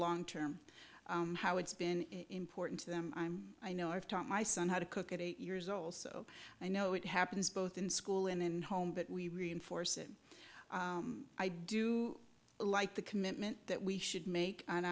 long term how it's been important to them i know i've taught my son how to cook at eight years old so i know it happens both in school and in home but we reinforce it i do like the commitment that we should